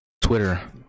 twitter